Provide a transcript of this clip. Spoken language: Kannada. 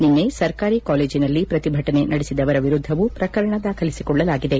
ನಿನ್ನೆ ಸರ್ಕಾರಿ ಕಾಲೇಜಿನಲ್ಲಿ ಪ್ರತಿಭಟನೆ ನಡೆಸಿದವರ ವಿರುದ್ದವೂ ಪ್ರಕರಣ ದಾಖಲಿಸಿಕೊಳ್ಳಲಾಗಿದೆ